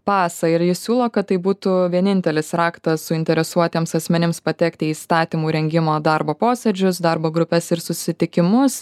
pasą ir jis siūlo kad tai būtų vienintelis raktas suinteresuotiems asmenims patekti į įstatymų rengimo darbo posėdžius darbo grupes ir susitikimus